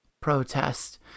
protest